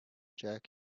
jack